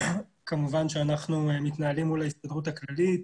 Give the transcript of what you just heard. כמובן שאנחנו מתנהלים מול ההסתדרות הכללית.